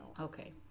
Okay